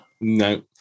No